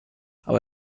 але